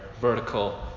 vertical